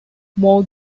more